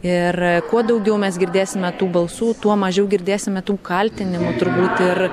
ir kuo daugiau mes girdėsime tų balsų tuo mažiau girdėsime tų kaltinimų turbūt ir